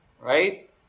right